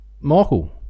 Michael